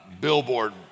billboard